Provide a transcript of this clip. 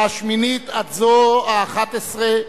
מהשמינית עד האחת-עשרה.